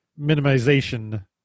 minimization